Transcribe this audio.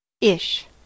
ish